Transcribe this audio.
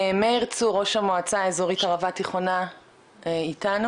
מאיר צור, ראש המועצה האזורית ערבה תיכונה, איתנו?